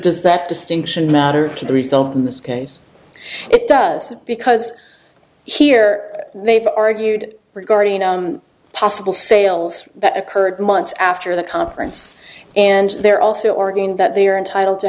does that distinction matter to the result in this case it does because here they've argued regarding possible sales that occurred months after the conference and they're also organ that they are entitled to